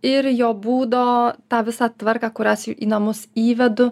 ir jo būdo tą visą tvarką kurią aš į namus įvedu